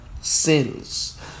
sins